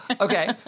okay